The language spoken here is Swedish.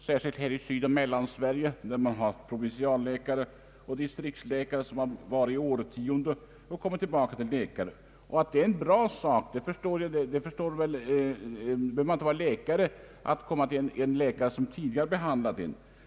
Särskilt i Sydoch Mellansverige har man haft provinsialläkare och distriktsläkare, som har tjänstgjort på samma plats i årtionden. Man behöver inte vara läkare för att förstå att det är en bra sak att få komma tillbaka till en läkare, som tidigare har behandlat en.